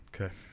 Okay